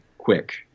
quick